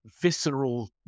visceral